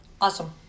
Awesome